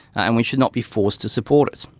and we should not be forced to support it.